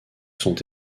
sont